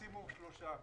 מקסימום שלושה חודשים.